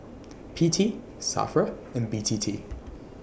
P T SAFRA and B T T